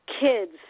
kids